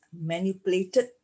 manipulated